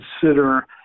consider